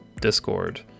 discord